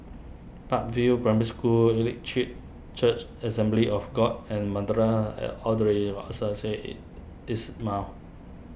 Park View Primary School Elim Chee Church Assembly of God and Madrasah Al